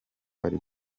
ari